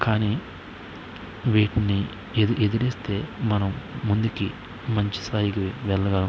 కానీ వీటిని ఎదు ఎదురిస్తే మనం ముందుకి మంచి స్థాయికి వెళ్ళగలము